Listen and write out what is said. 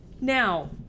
Now